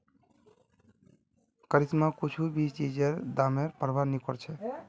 करिश्मा कुछू भी चीजेर दामेर प्रवाह नी करछेक